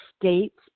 states